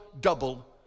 double